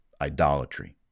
idolatry